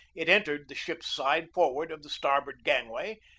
it entered the ship's side forward of the starboard gangway,